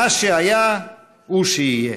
מה שהיה הוא שיהיה.